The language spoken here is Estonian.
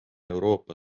euroopa